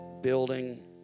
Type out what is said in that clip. building